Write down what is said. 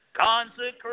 Consecrate